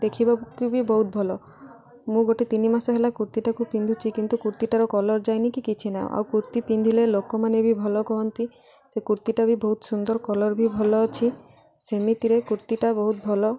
ଦେଖିବାକୁ ବି ବହୁତ ଭଲ ମୁଁ ଗୋଟେ ତିନି ମାସ ହେଲା କୁର୍ତ୍ତୀଟାକୁ ପିନ୍ଧୁଛି କିନ୍ତୁ କୁର୍ତ୍ତୀଟାର କଲର୍ ଯାଇନି କିଛି ନାାହିଁ ଆଉ କୁର୍ତ୍ତୀ ପିନ୍ଧିଲେ ଲୋକମାନେ ବି ଭଲ କହନ୍ତି ସେ କୁର୍ତ୍ତୀଟା ବି ବହୁତ ସୁନ୍ଦର କଲର୍ ବି ଭଲ ଅଛି ସେମିତିରେ କୁର୍ତ୍ତୀଟା ବହୁତ ଭଲ